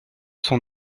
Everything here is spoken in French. son